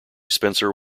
spencer